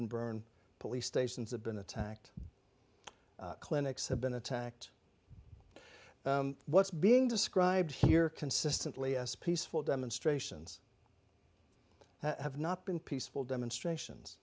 been burned police stations have been attacked clinics have been attacked what's being described here consistently yes peaceful demonstrations have not been peaceful demonstrations